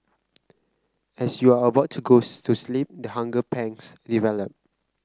as you are about to go to sleep the hunger pangs develop